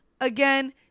Again